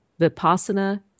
Vipassana